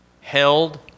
held